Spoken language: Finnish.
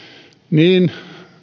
niin